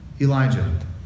Elijah